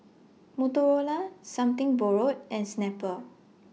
Motorola Something Borrowed and Snapple